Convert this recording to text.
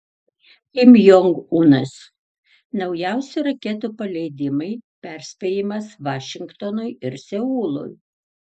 kim jong unas naujausi raketų paleidimai perspėjimas vašingtonui ir seului